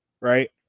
right